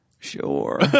Sure